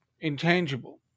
intangible